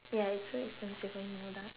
ya it's so expensive when you go buy